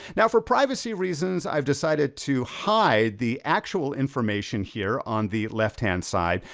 now for privacy reasons, i've decided to hide the actual information here, on the left hand side,